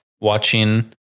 watching